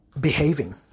behaving